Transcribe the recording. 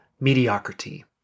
mediocrity